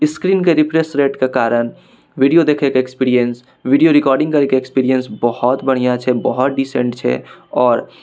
स्क्रीनके refresh रेटके कारण video देखैके एक्सपीरिएन्स वीडिओ रिकॉर्डिंग करैके एक्सपीरिएन्स बहुत बढ़िआँ छै बहुत डिसेन्ट छै आओर